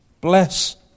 bless